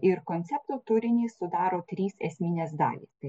ir koncepto turinį sudaro trys esminės dalys tai